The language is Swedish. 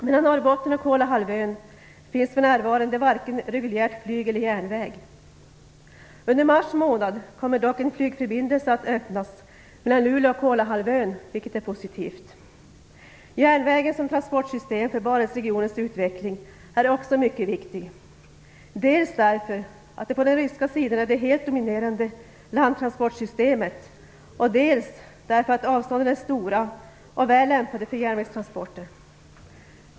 Mellan Norrbotten och Kolahalvön finns för närvarande varken reguljärt flyg eller järnväg. Under mars månad kommer dock en flygförbindelse att öppnas mellan Luleå och Kolahalvön, vilket är positivt. Järnvägen som transportsystem är också mycket viktig för Barentsregionens utveckling. Dels därför att det på den ryska sidan är det helt dominerande landtransportsystemet, dels därför att avstånden är stora och väl lämpade för järnvägstransporter.